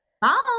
bye